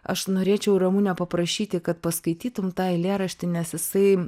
aš norėčiau ramune paprašyti kad paskaitytum tą eilėraštį nes jisai